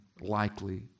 likely